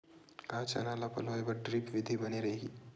का चना ल पलोय बर ड्रिप विधी बने रही?